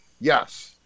yes